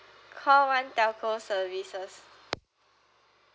call one telco services